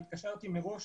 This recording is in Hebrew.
התקשרתי מראש